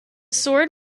sword